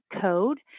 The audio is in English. code